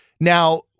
Now